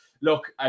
look